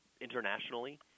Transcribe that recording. Internationally